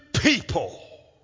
people